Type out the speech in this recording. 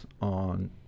on